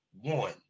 one